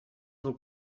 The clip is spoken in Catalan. del